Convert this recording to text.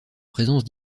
présence